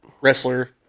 Wrestler